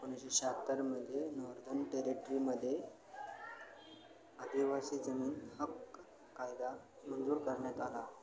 एकोणीसशे शहात्तर नॉर्दन टेरेटरीमध्ये आदिवासी जमीन हक्क कायदा मंजूर करण्यात आला